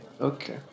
Okay